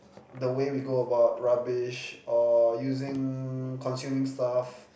the way we go about rubbish or using consuming stuff